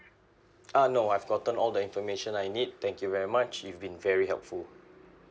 uh no I've gotten all the information I need thank you very much you've been very helpful